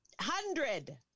hundred